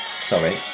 sorry